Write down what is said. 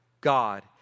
God